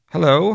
Hello